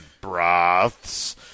Broths